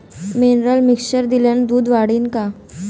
Mineral mixture दिल्यानं दूध वाढीनं का?